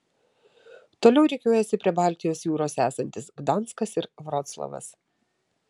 toliau rikiuojasi prie baltijos jūros esantis gdanskas ir vroclavas